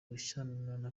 gushyamirana